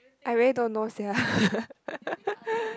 I really don't know sia